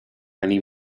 any